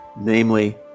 Namely